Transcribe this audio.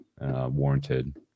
warranted